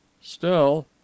Still—